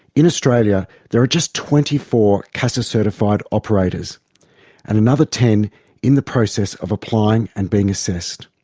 in australia there are just twenty four casa-certified operators and another ten in the process of applying and being assessed.